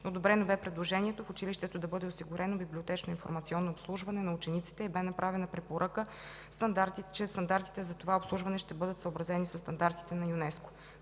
Одобрено бе предложението, в училището да бъде осигурено библиотечно-информационно обслужване на учениците и бе направена препоръка, че стандартите за това обслужване ще бъдат съобразени със стандартите на ЮНЕСКО.